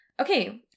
Okay